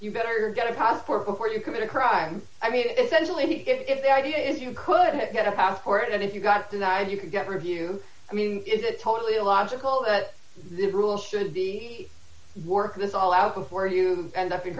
you better get a passport before you commit a crime i mean essentially if the idea is you could get a pass for it and if you got denied you could get review i mean if it totally illogical that this rule should work this all out before you end up